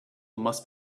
must